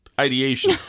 ideation